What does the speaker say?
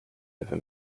ever